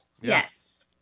Yes